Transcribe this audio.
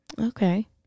Okay